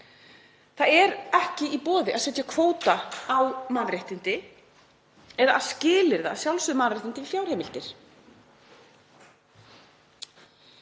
Það er ekki í boði að setja kvóta á mannréttindi eða að skilyrða sjálfsögð mannréttindi við fjárheimildir.